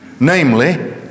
Namely